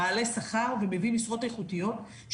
מעלה שכר ומביא משרות איכותיות.